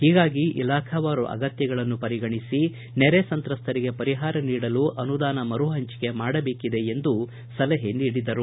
ಹೀಗಾಗಿ ಇಲಾಖಾವಾರು ಅಗತ್ತಗಳನ್ನು ಪರಿಗಣಿಸಿ ನೆರೆ ಸಂತ್ರಸ್ತರಿಗೆ ಪರಿಹಾರ ನೀಡಲು ಅನುದಾನ ಮರು ಪಂಚಿಕೆ ಮಾಡಬೇಕಿದೆ ಎಂದು ಸಲಹೆ ನೀಡಿದರು